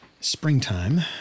springtime